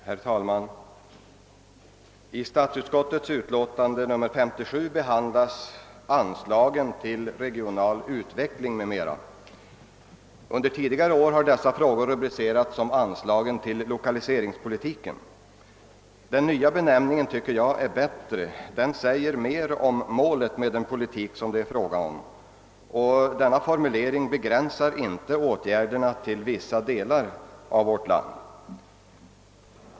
Herr talman! I statsutskottets utlåtande nr 57 behandlas anslagen till regional utveckling m.m. Under tidigare år har dessa frågor rubricerats som anslagen till lokaliseringspolitiken. Jag tycker att den nya benämningen är bättre. Den säger mer om målet för den politik som det är fråga om, och formuleringen begränsar inte åtgärderna till vissa delar av vårt land.